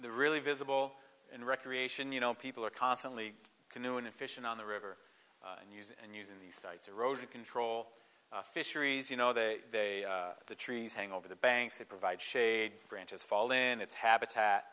really visible and recreation you know people are constantly canoeing efficient on the river and using and using these sites erosion control fisheries you know they they the trees hang over the banks that provide shade branches fall in its habitat